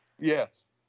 Yes